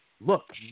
look